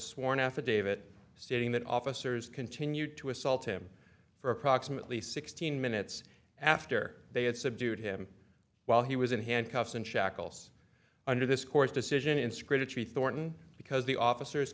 sworn affidavit stating that officers continued to assault him for approximately sixteen minutes after they had subdued him while he was in handcuffs and shackles under this court's decision in scritch thorton because the officers